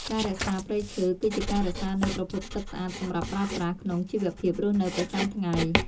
ការរក្សាព្រៃឈើ គឺជាការរក្សានូវប្រភពទឹកស្អាតសម្រាប់ប្រើប្រាស់ក្នុងជីវភាពរស់នៅប្រចាំថ្ងៃ។